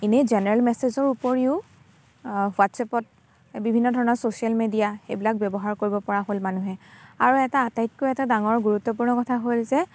এনেই জেনেৰেল মেছেজৰ উপৰিও হোৱাটচ্আপত বিভিন্ন ধৰণৰ ছচিয়েল মিডিয়া সেইবিলাক ব্যৱহাৰ কৰিব পৰা হ'ল মানুহে আৰু এটা আটাইতকৈ এটা ডাঙৰ গুৰুত্বপূৰ্ণ কথা হ'ল যে